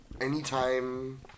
anytime